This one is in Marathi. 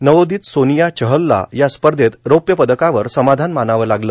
नवोदित सोनिया चहलला या स्पर्धत रौप्य पदकावर समाधान मानावं लागलं